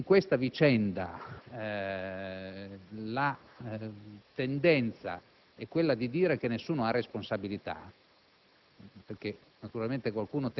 Allora, in definitiva, in questa vicenda la tendenza è quella di dire che nessuno ha responsabilità;